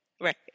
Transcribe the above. right